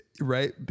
right